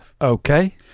Okay